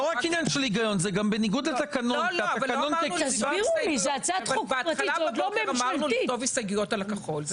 הצעת החוק עברה קריאה ראשונה וחוזרת לוועדה.